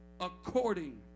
according